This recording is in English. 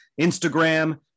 Instagram